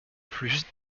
plus